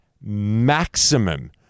maximum